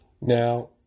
Now